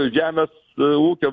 žemės ūkio